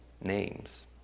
names